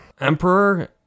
Emperor